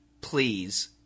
please